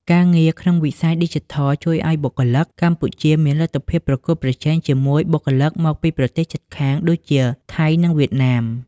ការងារក្នុងវិស័យឌីជីថលជួយឱ្យបុគ្គលិកកម្ពុជាមានលទ្ធភាពប្រកួតប្រជែងជាមួយបុគ្គលិកមកពីប្រទេសជិតខាងដូចជាថៃ និងវៀតណាម។